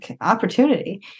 opportunity